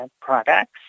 products